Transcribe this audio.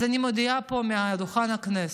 אז אני מודיעה פה מעל דוכן הכנסת: